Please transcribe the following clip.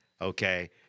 okay